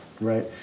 Right